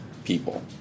People